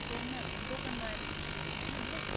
ब्याङ्कमा हाल्नु पर्ने दोकानमा आएर दिँदाखेरि हुँदैन अन्त